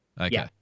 Okay